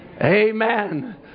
Amen